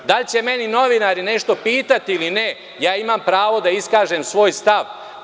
Da li će mene novinari nešto pitati ili ne, ja imam pravo da iskažem svoj stav.